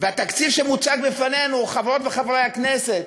והתקציב שמוצג בפנינו, חברות וחברי הכנסת,